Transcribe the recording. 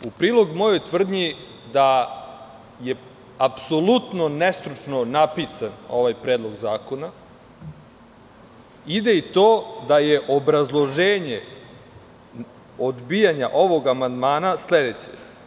U prilog mojoj tvrdnji da je apsolutno nestručno napisan ovaj predlog zakona, ide i to da je obrazloženje odbijanja ovog amandmana sledeće.